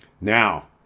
Now